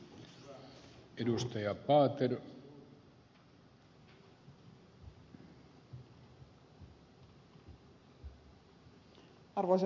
arvoisa puhemies